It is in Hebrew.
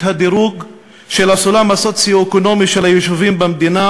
הדירוג של הסולם הסוציו-אקונומי של היישובים במדינה,